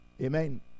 Amen